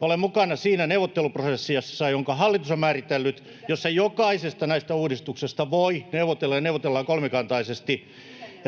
ole mukana siinä neuvotteluprosessissa, jonka hallitus on määritellyt, jossa jokaisesta näistä uudistuksista voi neuvotella ja neuvotellaan kolmikantaisesti.